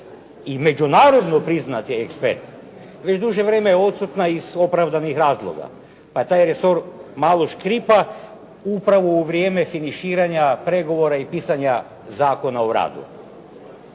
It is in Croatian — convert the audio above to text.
i međunarodno priznati ekspert već duže vrijeme je odsutna iz opravdanih razloga pa taj resor malo škripa upravo u vrijeme finiširanja pregovora i pisanja Zakona o radu.